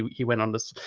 he went on this,